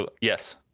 Yes